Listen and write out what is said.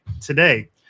today